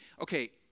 okay